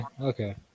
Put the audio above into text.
okay